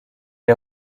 est